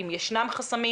אם ישנם חסמים?